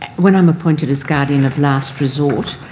when i'm appointed as guardian of last resort,